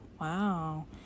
Wow